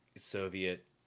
Soviet –